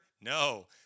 No